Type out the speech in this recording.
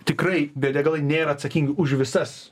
tikrai biodegalai nėra atsakingi už visas